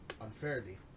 unfairly